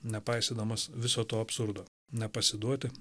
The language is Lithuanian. nepaisydamas viso to absurdo nepasiduoti